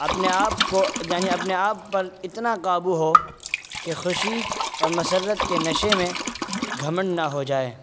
اپنے آپ کو یعنی اپنے آپ پر اتنا قابو ہو کہ خوشی اور مسرت کے نشے میں گھمنڈ نہ ہو جائے